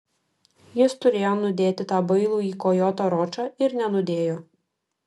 jis turėjo nudėti tą bailųjį kojotą ročą ir nenudėjo